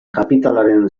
kapitalaren